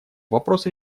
вопрос